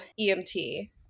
EMT